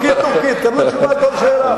טורקי-טורקי, תקבלו תשובה על כל שאלה.